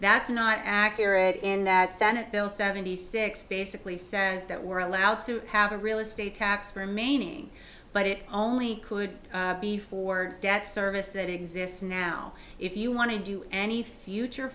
that's not accurate in that senate bill seventy six basically says that we're allowed to have a real estate tax remaining but it only could be for debt service that exists now if you want to do any future